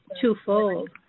twofold